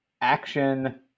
action